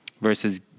versus